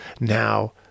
now